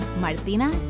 Martina